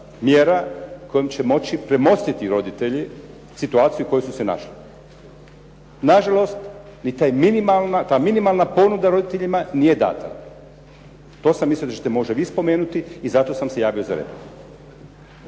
mjera kojom će moći premostiti roditelji situaciju u kojoj su se našli. Na žalost, ni ta minimalna ponuda roditeljima nije dana. To sam mislio da ćete možda vi spomenuti i zato sam se javio za repliku.